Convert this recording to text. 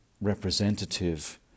representative